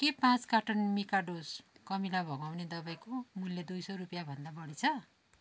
के पाँच कार्टुन मिकाडोस् कमिला भगाउने दबाईको मूल्य दुई सौ रुपियाँभन्दा बढी छ